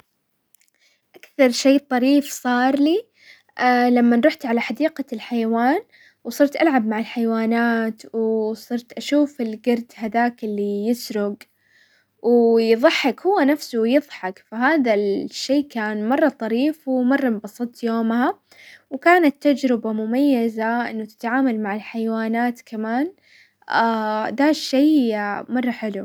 اكثر شي طريف صار لي لمن رحت على حديقة الحيوان، وصرت العب مع الحيوانات، وصرت اشوف القرد هذاك اللي يسرق ويظحك، هو نفسه يظحك، فهذا الشي كان مرة طريف، ومرة انبسطت يومها، وكانت تجربة مميزة انه تتعامل مع الحيوانات كمان دا شي مرة حلو.